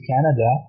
Canada